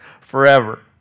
forever